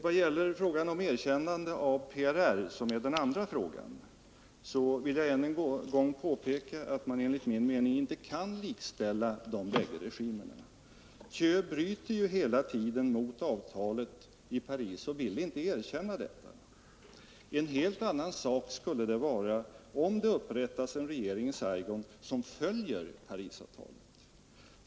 Vad gäller erkännande av PRR, som den andra frågan avser, vill jag än en gång påpeka att man enligt min mening inte kan likställa de bägge regimerna. Thieu bryter ju hela tiden mot avtalet i Paris och vill inte erkänna detta. En helt annan sak skulle det vara, om det upprättas en regering i Saigon som följer Parisavtalet.